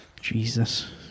Jesus